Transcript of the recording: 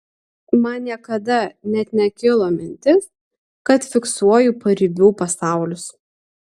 man niekada net nekilo mintis kad fiksuoju paribių pasaulius